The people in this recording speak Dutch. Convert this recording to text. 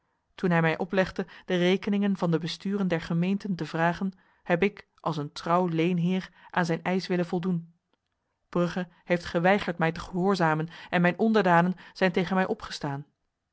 toen hij mij oplegde de rekeningen van de besturen der gemeenten te vragen heb ik als een trouw leenheer aan zijn eis willen voldoen brugge heeft geweigerd mij te gehoorzamen en mijn onderdanen zijn tegen mij opgestaan